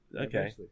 Okay